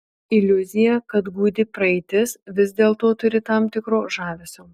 iliuzija kad gūdi praeitis vis dėlto turi tam tikro žavesio